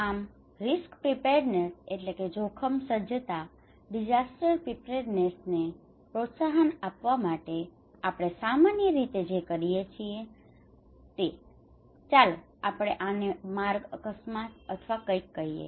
આમ રિસ્ક પ્રીપેરડ્નેસના risk preparedness જોખમ સજ્જતા ડીસાસ્ટર પ્રીપેરડ્નેસને disaster preparedness આપત્તિ સજ્જતા પ્રોત્સાહન આપવા માટે આપણે સામાન્ય રીતે જે કરીએ છીએ તે ચાલો આપણે આને માર્ગ અકસ્માત અથવા કંઈક કહીએ